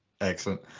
Excellent